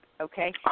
okay